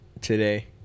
today